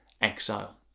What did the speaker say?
exile